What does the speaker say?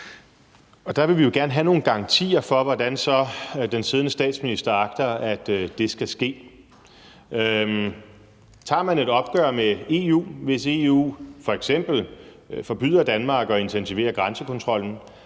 Der vil vi jo gerne have nogle garantier for, hvordan så den siddende statsminister agter det skal ske. Tager man et opgør med EU, hvis EU f.eks. forbyder Danmark at intensivere grænsekontrollen?